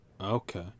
okay